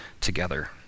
together